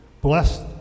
blessed